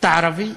אתה ערבי?